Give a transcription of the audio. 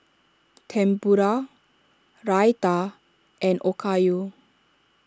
Tempura Raita and Okayu